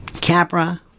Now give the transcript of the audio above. Capra